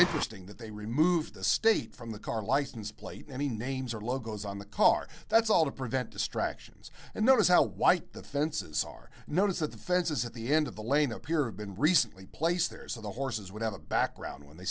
distinct they remove the state from the car license plate any names or logos on the car that's all to prevent distractions and notice how white the fences are notice that the fences at the end of the lane appear have been recently placed there so the horses would have a background when they